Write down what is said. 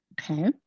Okay